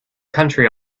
country